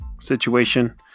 situation